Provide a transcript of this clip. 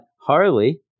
Harley